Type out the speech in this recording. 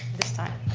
this time.